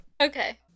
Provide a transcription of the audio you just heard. Okay